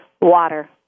water